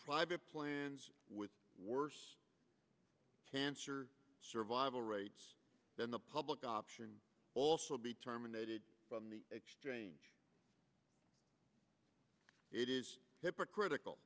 private plans with worse cancer survival rates than the public option also be terminated from the exchange it is hypocritical